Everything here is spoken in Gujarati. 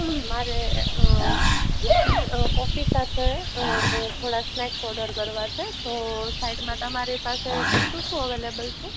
મારે ટી કોફી સાથે થોડા સ્નેક ઓડર કરવા છે તો સાઇડમાં તમારી પાસે શું શું અવેલેબલ છે